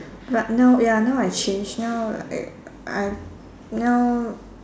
but now ya now I change now I I now